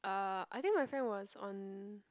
uh I think my friend was on